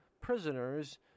prisoners